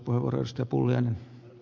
arvoisa puhemies